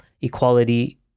equality